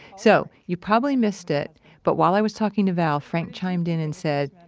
so, you probably missed it but while i was talking to val, frank chimed in and said,